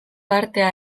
artea